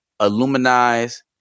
aluminized